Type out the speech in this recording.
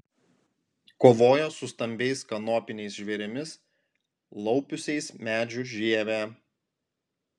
kovojo su stambiais kanopiniais žvėrimis laupiusiais medžių žievę